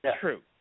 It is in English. true